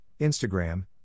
instagram